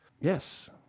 Yes